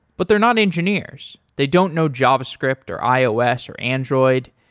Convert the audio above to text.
but they're not engineers. they don't know javascript or ios or android,